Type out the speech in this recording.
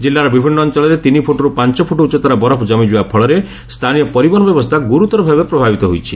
ଜିଲ୍ଲାର ବିଭିନ୍ନ ଅଞ୍ଚଳରେ ତିନିଫୁଟରୁ ପାଞ୍ଚଫୁଟ ଉଚ୍ଚତାର ବରଫ ଜମିଯିବା ଫଳରେ ସ୍ଥାନୀୟ ପରିବହନ ବ୍ୟବସ୍ଥା ଗୁରୁତରଭାବେ ପ୍ରଭାବିତ ହୋଇଛି